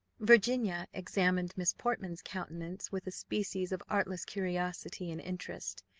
virginia examined miss portman's countenance with a species of artless curiosity and interest,